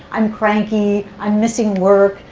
i'm cranky, i'm missing work.